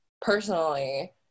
personally